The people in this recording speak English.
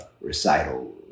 recital